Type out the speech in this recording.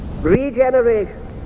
regeneration